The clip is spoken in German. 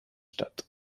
statt